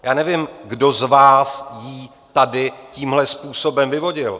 Já nevím, kdo z vás ji tady tímhle způsobem vyvodil.